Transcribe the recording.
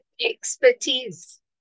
expertise